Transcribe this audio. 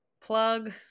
Plug